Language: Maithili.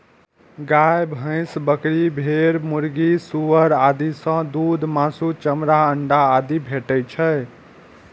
गाय, भैंस, बकरी, भेड़, मुर्गी, सुअर आदि सं दूध, मासु, चमड़ा, अंडा आदि भेटै छै